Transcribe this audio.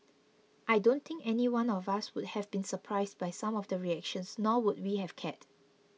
I don't think anyone of us would have been surprised by some of the reactions nor would we have cared